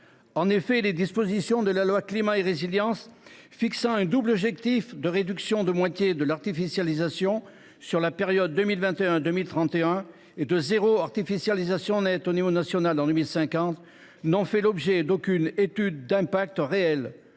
En effet, les dispositions de la loi Climat et Résilience, qui fixaient un double objectif de réduction de moitié de l’artificialisation des sols au cours de la période 2021 2031 et de zéro artificialisation nette à l’échelon national en 2050, n’ont fait l’objet d’aucune véritable étude d’impact et